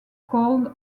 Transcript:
called